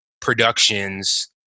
productions